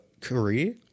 career